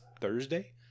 Thursday